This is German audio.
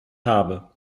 habe